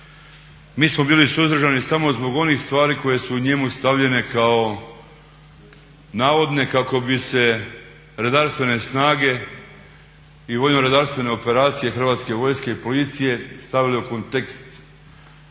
Mi smo bili suzdržani samo zbog onih stvari koje su u njemu stavljene kao navodne kako bi se redarstvene snage i vojno-redarstvene operacije Hrvatske vojske i policije stavile u kontekst